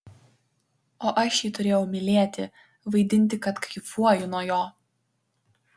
o aš jį turėjau mylėti vaidinti kad kaifuoju nuo jo